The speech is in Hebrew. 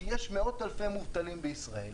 כשיש מאות אלפי מובטלים בישראל,